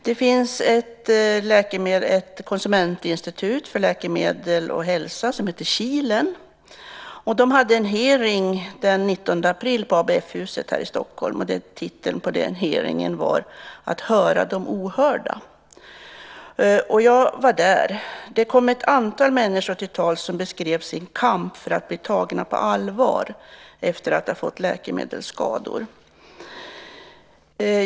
Det finns ett konsumentinstitut för läkemedel och hälsa som heter KILEN. Man hade en hearing den 19 april på ABF-huset här i Stockholm, och rubriken för den hearingen var "Att höra de ohörda". Jag var där. Ett antal människor kom till tals och beskrev sin kamp för att bli tagna på allvar efter att ha fått läkemedelsskador.